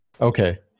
Okay